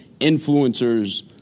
influencers